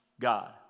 God